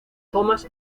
thomas